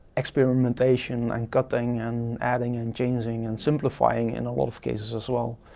experimentation and cutting and adding and changing and simplifying, in a lot of cases, as well,